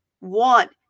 want